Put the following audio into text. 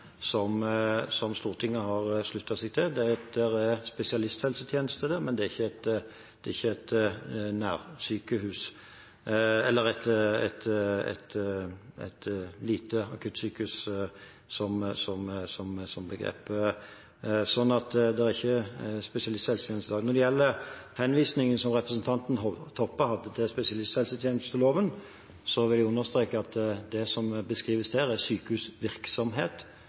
som Stortinget har sluttet seg til. Det er spesialisthelsetjeneste der, men det er ikke et nærsykehus, eller et lite akuttsykehus, som er begrepet. Så det er spesialisthelsetjeneste i dag. Når det gjelder henvisningen som representanten Toppe hadde til spesialisthelsetjenesteloven, vil jeg understreke at det som beskrives der, er sykehusvirksomhet.